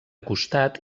costat